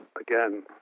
again